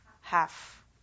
Half